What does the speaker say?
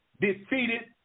defeated